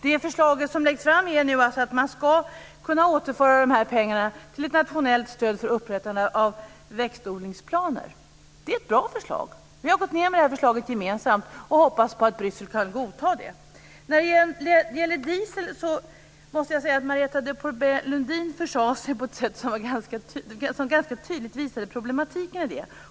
Det förslag som nu läggs fram innebär att man ska kunna återföra de här pengarna till ett nationellt stöd för upprättande av växtodlingsplaner. Det är ett bra förslag. Vi har gått ned med detta förslag gemensamt och hoppas att Bryssel kan godta det. När det gäller diesel måste jag säga att Marietta de Pourbaix-Lundin försade sig på ett sätt som tydligt visar problematiken i det hela.